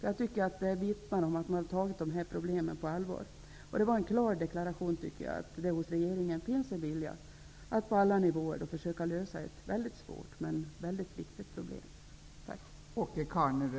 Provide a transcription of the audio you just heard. Jag tycker att svaret vittnar om att justitieministern har tagit de här problemen på allvar, och det var också en klar deklaration av att det hos regeringen finns en vilja att på alla nivåer försöka lösa ett väldigt svårt men väldigt viktigt problem